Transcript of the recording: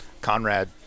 Conrad